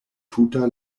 tuta